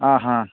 ಆಂ ಹಾಂ